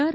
R